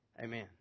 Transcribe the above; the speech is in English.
Amen